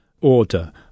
order